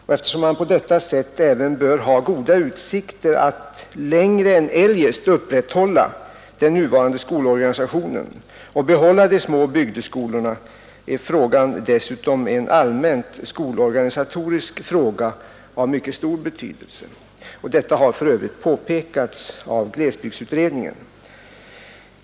Och eftersom man på detta sätt även bör ha goda utsikter att längre än eljest upprätthålla den nuvarande skolorganisationen och behålla de små bygdeskolorna är frågan dessutom en allmänt skolorganisatorisk fråga av mycket stor betydelse. Detta har för övrigt påpekats av glesbygdsutredningen.